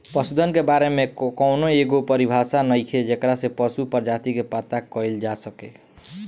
पशुधन के बारे में कौनो एगो परिभाषा नइखे जेकरा से पशु प्रजाति के पता कईल जा सके